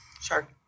Sure